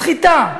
סחיטה,